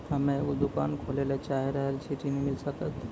हम्मे एगो दुकान खोले ला चाही रहल छी ऋण मिल सकत?